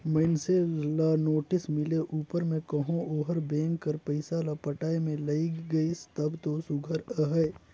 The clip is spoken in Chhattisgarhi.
मइनसे ल नोटिस मिले उपर में कहो ओहर बेंक कर पइसा ल पटाए में लइग गइस तब दो सुग्घर अहे